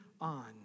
on